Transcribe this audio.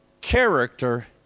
character